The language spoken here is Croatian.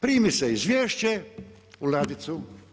Primi se izvješće u ladicu.